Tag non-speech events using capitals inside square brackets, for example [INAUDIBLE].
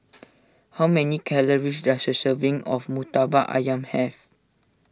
[NOISE] how many calories does a serving of Murtabak Ayam have